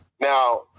Now